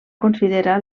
considera